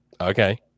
Okay